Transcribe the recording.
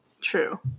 true